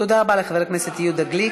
תודה רבה לחבר הכנסת יהודה גליק.